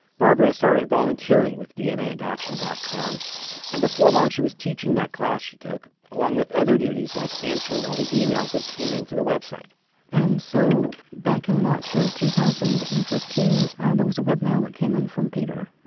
barbara started volunteering with dna adoption dot com and before long she was teaching that class she took, along with other duties like answering all the emails that came in to the site and so back in march of two thousand and fifteen there was a webmail that came in from peter.